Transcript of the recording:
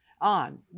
on